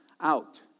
out